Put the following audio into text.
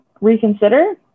reconsider